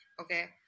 okay